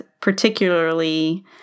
particularly